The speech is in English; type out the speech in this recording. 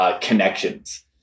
connections